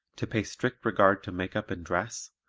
to pay strict regard to makeup and dress,